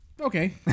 Okay